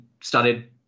started